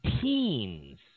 teens